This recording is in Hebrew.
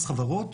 מס חברות